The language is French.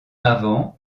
avant